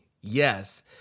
yes